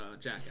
Jack